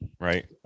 right